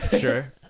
Sure